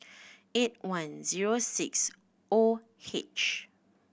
eight one zero six O H